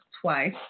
twice